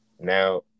Now